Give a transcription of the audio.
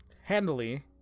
handily